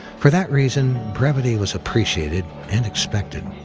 for that reason, brevity was appreciated and expected.